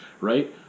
Right